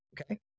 Okay